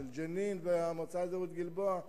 של ג'נין והמועצה האזורית גלבוע,